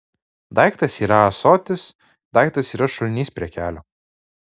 daiktas yra ąsotis daiktas yra šulinys prie kelio